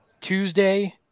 Tuesday